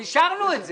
אישרנו את זה.